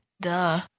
Duh